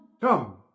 Come